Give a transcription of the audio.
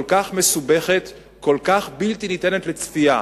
כל כך מסובכת, כל כך בלתי ניתנת לצפייה.